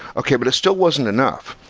okay. but it still wasn't enough.